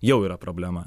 jau yra problema